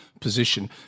position